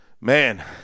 man